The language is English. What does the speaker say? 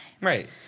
Right